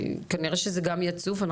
כנראה שזה גם יצוף,